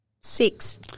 six